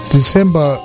December